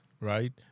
right